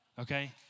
Okay